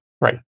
right